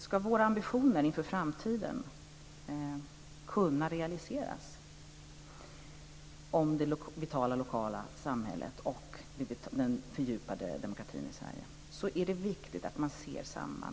Ska våra ambitioner inför framtiden om det vitala lokala samhället och den fördjupade demokratin i Sverige kunna realiseras är det viktigt att man ser sambandet.